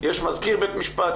יש את מזכיר בית המשפט.